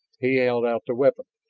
he held out the weapon.